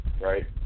right